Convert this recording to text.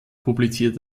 publiziert